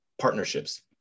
partnerships